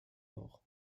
mort